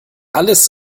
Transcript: alles